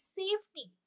safety